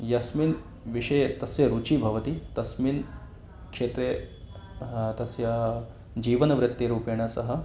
यस्मिन् विषये तस्य रुचिः भवति तस्मिन् क्षेत्रे तस्य जीवनवृत्तिरूपेण सः